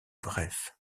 bref